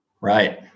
Right